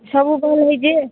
ସବୁ ପଳେଇଛି